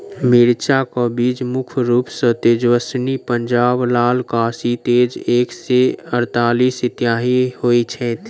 मिर्चा केँ बीज मुख्य रूप सँ तेजस्वनी, पंजाब लाल, काशी तेज एक सै अड़तालीस, इत्यादि होए छैथ?